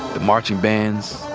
the marching bands,